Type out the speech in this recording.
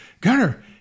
Gunner